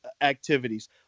activities